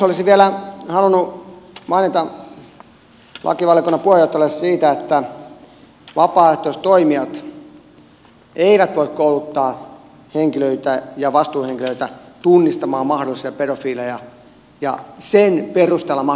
olisin vielä halunnut mainita lakivaliokunnan puheenjohtajalle siitä että vapaaehtoistoimijat eivät voi kouluttaa henkilöitä ja vastuuhenkilöitä tunnistamaan mahdollisia pedofiilejä ja sen perusteella mahdollisesti pyytää näitä otteita